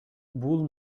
бул